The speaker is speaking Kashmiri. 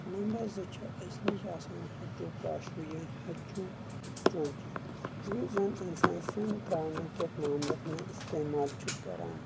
نَمبر زٕ چھُ اَسہِ نِش آسان ہَچُو کاشوٕ یا ہَچُو چونٛچہِ یُس زَن انسان سیُن تراونہٕ کِس ماملَس منٛز اِستعمال چھُ کران